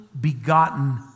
begotten